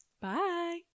Bye